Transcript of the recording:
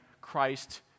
Christ